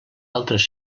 altres